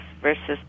versus